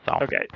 okay